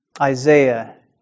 Isaiah